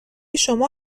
شما